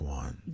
one